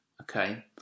okay